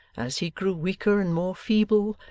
as he grew weaker and more feeble,